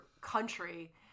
country